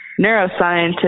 neuroscientist